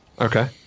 Okay